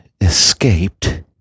Escaped